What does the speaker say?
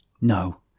No